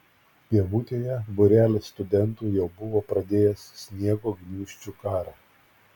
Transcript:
pievutėje būrelis studentų jau buvo pradėjęs sniego gniūžčių karą